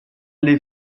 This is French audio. les